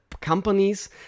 companies